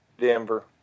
Denver